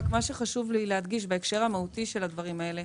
חשוב לי להדגיש בהקשר המהותי של הדברים האלה,